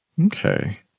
Okay